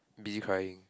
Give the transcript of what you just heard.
bee crying